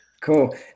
Cool